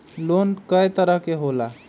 Loan कय तरह के होला?